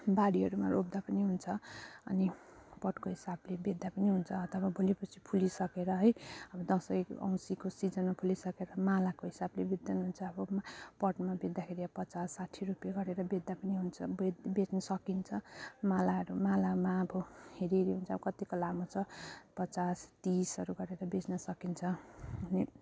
बारीहरूमा रोप्दा पनि हुन्छ अनि पटको हिसाबले बेच्दा पनि हुन्छ अथवा भोलिपर्सि फुलिसकेर है अब दसैँ औँसीको सिजनमा फुलिसकेर मालाको हिसाबले बेच्दा पनि हुन्छ अब पटमा बेच्दाखेरि अब पचास साठ्ठी रुपियाँ गरेर बेच्दा पनि हुन्छ बेच बेच्न सकिन्छ मालाहरू मालामा अब हेरी हेरी हुन्छ कत्तिको लामो छ पचास तिसहरू गरेर बेच्न सकिन्छ अनि